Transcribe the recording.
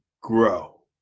grow